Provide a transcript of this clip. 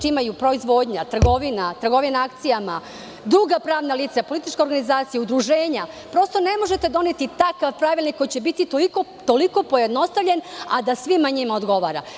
Ima i proizvodnja, trgovina akcijama, druga pravna lica, politička organizacija, udruženja i prosto ne možete doneti takav pravilnik koji će biti toliko pojednostavljen, a da svima njima odgovara.